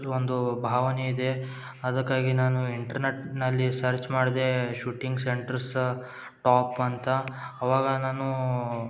ಒಂದು ಭಾವನೆ ಇದೆ ಅದಕ್ಕಾಗಿ ನಾನು ಇಂಟರ್ನೆಟ್ನಲ್ಲಿ ಸರ್ಚ್ ಮಾಡ್ದೇ ಶೂಟಿಂಗ್ ಸೆಂಟ್ರರ್ಸ್ ಟಾಪ್ ಅಂತ ಆವಾಗ ನಾನು